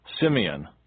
Simeon